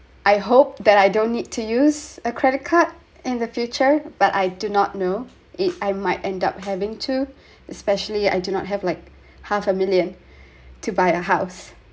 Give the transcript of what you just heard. I hope that I don't need to use a credit card in the future but I do not know if I might end up having to especially I do not have like half a million to buy a house